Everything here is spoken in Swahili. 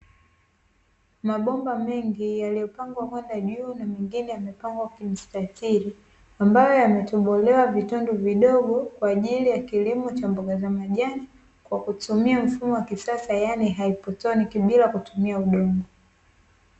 Mabomba mengi yaliyopangwa kwenda juu na mengine yamepangwa kwa mstatiri, ambayo yametobolewa vitundu vidogo kwa ajili ya kilimo cha mboga za majani kwa kutumia mfumo wa kisasa yaani haidroponiki bila kutumia udongo.